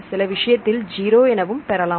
சில விஷயத்தில் ஜீரோ எனவும் பெறலாம்